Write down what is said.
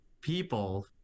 people